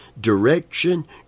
direction